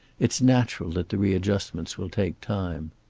it's natural that the readjustments will take time.